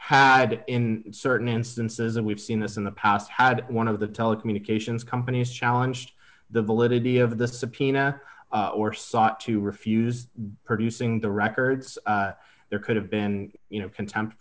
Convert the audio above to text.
had in certain instances and we've seen this in the past had one of the telecommunications companies challenge the validity of the subpoena or sought to refuse producing the records there could have been you know contempt